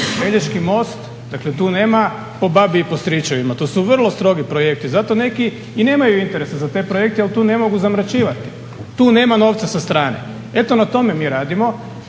Pelješki most, dakle tu nema po babi i po stričevima, to su vrlo strogi projekti. Zato neki i nemaju interesa za te projekte jel tu ne mogu zamračivati, tu nema novca sa strane. Eto na tome mi radimo.